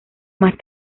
más